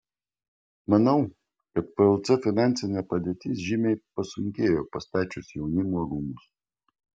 manau kad plc finansinė padėtis žymiai pasunkėjo pastačius jaunimo rūmus